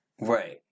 Right